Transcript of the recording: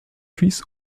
fils